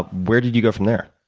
but where did you go from there?